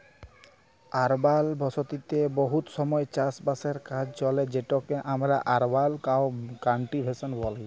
আরবাল বসতিতে বহুত সময় চাষ বাসের কাজ চলে যেটকে আমরা আরবাল কাল্টিভেশল ব্যলি